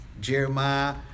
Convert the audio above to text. Jeremiah